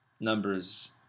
numbers